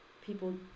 people